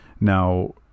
Now